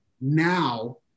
now